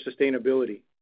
sustainability